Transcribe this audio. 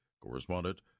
Correspondent